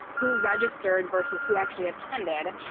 who registered versus who actually attended.